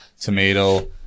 tomato